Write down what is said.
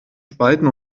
spalten